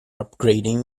upgrading